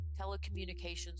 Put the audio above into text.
Telecommunications